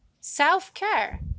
self-care